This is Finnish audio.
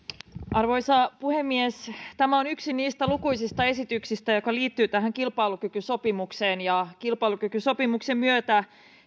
arvoisa puhemies tämä on yksi niistä lukuisista esityksistä jotka liittyvät tähän kilpailukykysopimukseen ja kilpailukykysopimuksen myötä